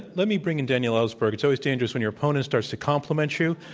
let me bring in daniel ellsberg. it's always dangerous when your opponent starts to compliment you.